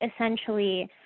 Essentially